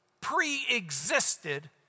pre-existed